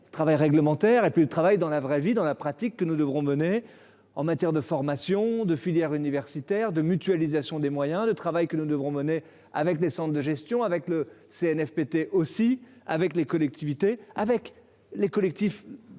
travail réglementaire et puis le travail dans la vraie vie, dans la pratique que nous devrons mener en matière de formation de filières universitaires de mutualisation des moyens de travail que nous devrons mener avec les cendres de gestion avec le Cnfpt aussi avec les collectivités avec les collectifs de secrétaire